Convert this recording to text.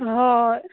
ꯍꯣ ꯍꯣ ꯍꯣꯏ